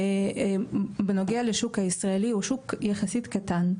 ובנוגע לשוק הישראלי, הוא שוק יחסית קטן,